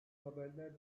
haberler